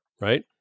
right